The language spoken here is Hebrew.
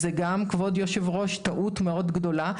זו גם, כבוד יושב-הראש, טעות מאוד גדולה.